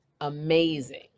amazing